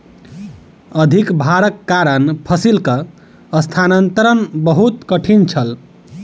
अधिक भारक कारण फसिलक स्थानांतरण बहुत कठिन छल